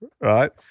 Right